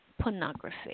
pornography